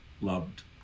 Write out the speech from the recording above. loved